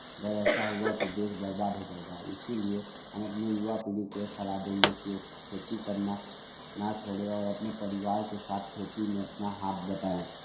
अगर ऐसा हुआ तो देस बर्बाद हो जाएगा इसीलिए हम अपने युवा पीढ़ी को यह सलाह देंगे क्यों खेती करना ना छोड़े और अपने परिवार के साथ खेती में अपना हाथ बटाएं